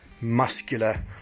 muscular